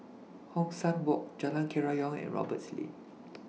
Hong San Walk Jalan Kerayong and Roberts Lane